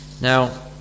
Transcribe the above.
Now